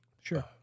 Sure